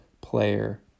player